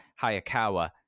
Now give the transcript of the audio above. Hayakawa